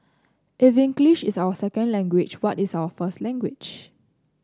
if English is our second language what is our first language